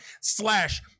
slash